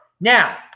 now